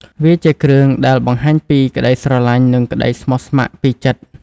វាជាគ្រឿងដែលបង្ហាញពីក្តីស្រឡាញ់ និងក្តីស្មោះស្ម័គ្រពីចិត្ត។